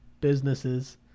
businesses